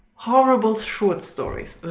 horrible short stories.